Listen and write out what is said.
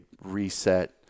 reset